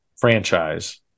franchise